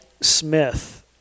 Smith